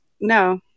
no